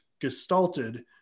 gestalted